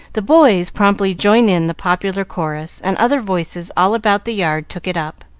the boys promptly joined in the popular chorus, and other voices all about the yard took it up,